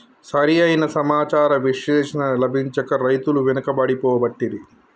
సరి అయిన సమాచార విశ్లేషణ లభించక రైతులు వెనుకబడి పోబట్టిరి